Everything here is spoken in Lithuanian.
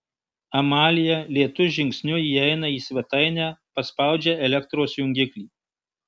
amalija lėtu žingsniu įeina į svetainę paspaudžia elektros jungiklį